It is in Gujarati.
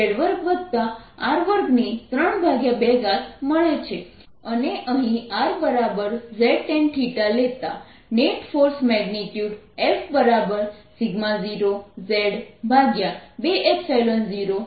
અને અહીં rztanθ લેતા net force magnitude F0z200tan 1Rzzsec2θ dθz3sec3 બનશે